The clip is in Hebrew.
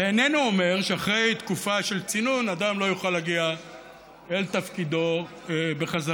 זה איננו אומר שאחרי תקופה של צינון אדם לא יוכל להגיע אל תפקידו בחזרה.